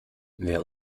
wer